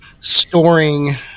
storing